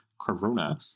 Corona